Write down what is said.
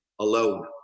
alone